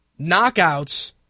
knockouts